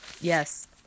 Yes